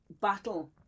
battle